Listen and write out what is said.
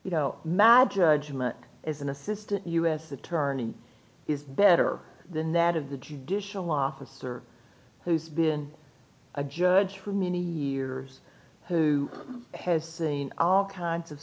judgment as an assistant u s attorney is better than that of the judicial officer who's been a judge for many years who has seen all kinds of